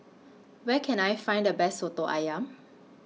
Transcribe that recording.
Where Can I Find The Best Soto Ayam